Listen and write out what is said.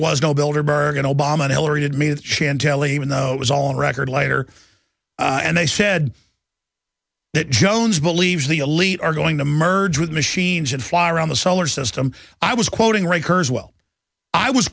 with chantelle even though it was on record later and they said that jones believes the elite are going to merge with machines and fly around the solar system i was quoting right hers well i was